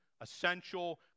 essential